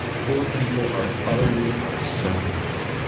poor people are utterly segregated.